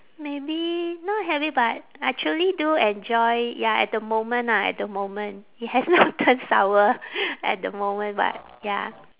maybe not habit but I truly do enjoy ya at the moment ah at the moment it has not turned sour at the moment but ya